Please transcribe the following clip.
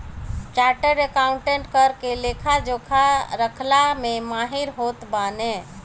chartered accountant कर के लेखा जोखा रखला में माहिर होत बाने